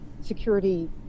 security